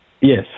yes